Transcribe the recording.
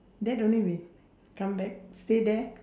then only we come back stay there